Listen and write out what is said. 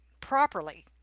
properly